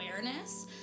awareness